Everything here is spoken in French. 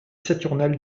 saturnales